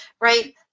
right